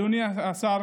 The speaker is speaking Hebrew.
אדוני השר,